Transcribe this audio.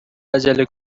عجله